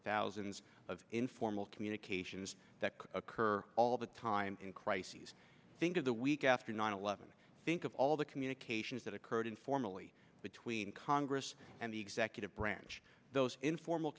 thousands of informal communications that occur all the time in crises think of the week after nine eleven think of all the communications that occurred informally between congress and the executive branch those informal